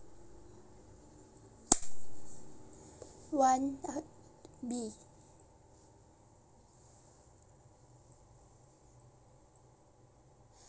one uh B